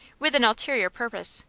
with an ulterior purpose,